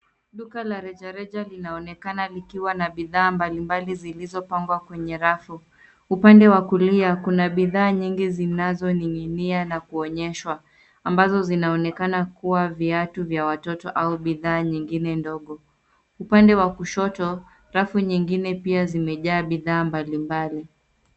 Duka la rejareja linaonekana likiwa na bidhaa mbalimbali zilizopangwa kwenye rafu. Upande wa kulia, kuna bidhaa nyingi zinazoning'inia na kuonyeshwa, ambazo zinaonekana kuwa viatu vya watoto au bidhaa nyingine ndogo. Upande wa kushoto, rafu nyingine pia zimejaa bidhaa mbalimbali.